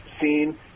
seen